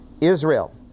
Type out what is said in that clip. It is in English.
Israel